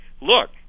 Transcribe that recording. look